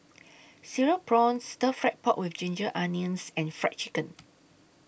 Cereal Prawns Stir Fried Pork with Ginger Onions and Fried Chicken